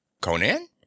Conan